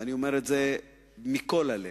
ואני אומר את זה מכל הלב,